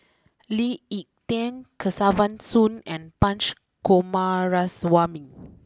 Lee Ek Tieng Kesavan Soon and Punch Coomaraswamy